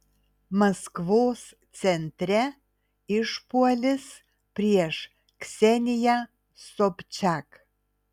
maskvos centre išpuolis prieš kseniją sobčiak